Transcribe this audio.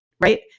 right